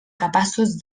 capaços